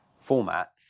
format